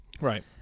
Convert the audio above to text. Right